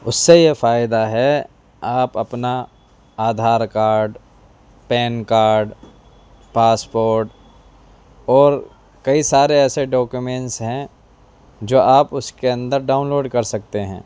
اس سے یہ فائدہ ہے آپ اپنا Aadhaar card PAN card passport اور کئی سارے ایسے ڈاکیومینس ہیں جو آپ اس کے اندر ڈاؤنلوڈ کر سکتے ہیں